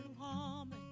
woman